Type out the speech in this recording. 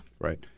Right